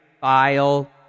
file